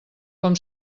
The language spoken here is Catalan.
com